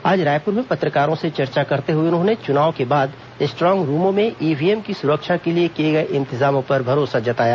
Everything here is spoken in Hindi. आज रायपुर में पत्रकारों से चर्चा करते हुए उन्होंने चुनाव के बाद स्ट्रांग रूमों में ईव्हीएम की सुरक्षा के लिए किए गए इंतजामों पर भरोसा जताया